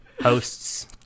hosts